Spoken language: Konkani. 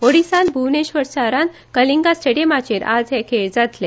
ओदीशा भूवनेश्वर हांगासर कलिंगा स्टेडियमाचेर आयज हे खेळ जातले